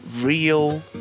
real